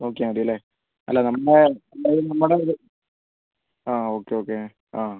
നോക്കിയാൽ മതി അല്ലേ അല്ല നമ്മള എന്തായാലും നമ്മുടെ ഇത് ആ ഓക്കെ ഓക്കെ ആ